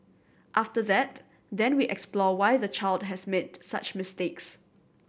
after that then we explore why the child has made such mistakes